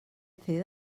pvc